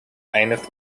eindigt